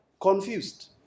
Confused